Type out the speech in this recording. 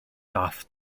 daeth